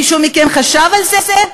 מישהו מכם חשב על זה?